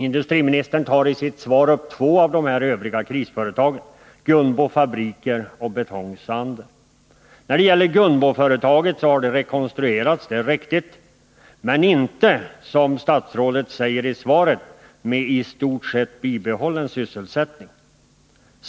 Industriministern tar i sitt svar upp två av dessa övriga krisföretag: Gunbo Fabriker och Betong-Sander. När det gäller Gunboföretaget så har det rekonstruerats, det är riktigt, men inte — som statsrådet säger i svaret — med i stort sett bibehållen sysselsättning.